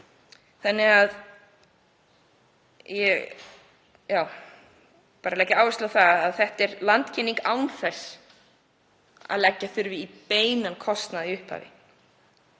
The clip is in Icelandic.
kringum það. Ég vil leggja áherslu á að þetta er landkynning án þess að leggja þurfi í beinan kostnað í upphafi.